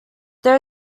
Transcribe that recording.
there